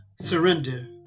surrender